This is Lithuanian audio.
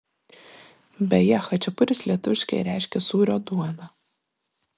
beje chačiapuris lietuviškai reiškia sūrio duoną